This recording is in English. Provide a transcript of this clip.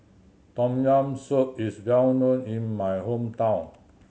Tom Yam Soup is well known in my hometown